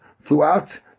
throughout